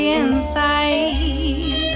inside